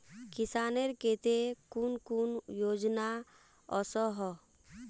किसानेर केते कुन कुन योजना ओसोहो?